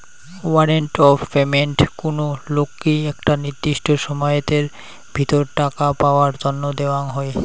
warrant of payment কুনো লোককি একটা নির্দিষ্ট সময়াতের ভিতর টাকা পাওয়ার তন্ন দেওয়াঙ হই